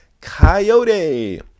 Coyote